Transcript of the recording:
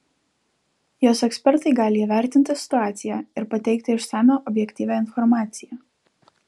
jos ekspertai gali įvertinti situaciją ir pateikti išsamią objektyvią informaciją